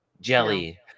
jelly